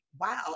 wow